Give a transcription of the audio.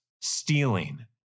stealing